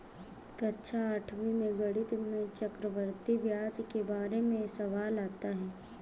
कक्षा आठवीं में गणित में चक्रवर्ती ब्याज के बारे में सवाल आता है